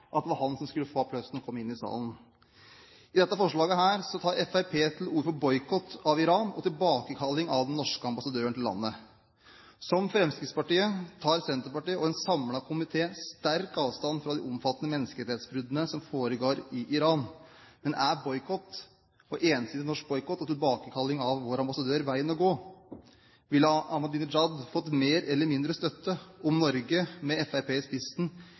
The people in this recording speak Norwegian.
at det var han som skulle få applaus da han kom inn i salen. I dette forslaget tar Fremskrittspartiet til orde for boikott av Iran og tilbakekalling av den norske ambassadøren til landet. Som Fremskrittspartiet tar Senterpartiet og en samlet komité sterkt avstand fra de omfattende menneskerettighetsbruddene som foregår i Iran, men er en ensidig norsk boikott og tilbakekalling av vår ambassadør veien å gå? Ville Ahmadinejad fått mer eller mindre støtte om Norge, med